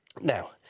Now